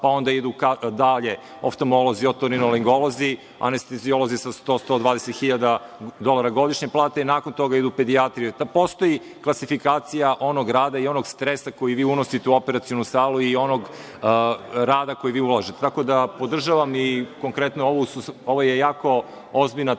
pa onda idu dalje oftamolozi, otorinoringolozi, anesteziolozi sa 100, 120 hiljada dolara godišnje plate, nakon toga idu pedijatri. Postoji klasifikacija onog rada i onog stresa koji vi unosite u operacionu salu i onog rada koji vi uložite, tako da podržavam i, konkretno, ovo je jako ozbiljna